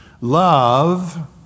love